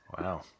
Wow